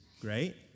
great